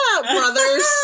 brothers